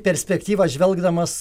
perspektyvą žvelgdamas